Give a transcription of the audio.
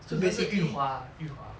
好像是 yu hua yu hua